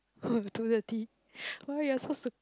uh two thirty why you're supposed